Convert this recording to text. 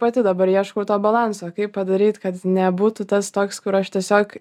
pati dabar ieškau to balanso kaip padaryt kad nebūtų tas toks kur aš tiesiog